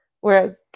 whereas